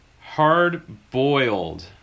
hard-boiled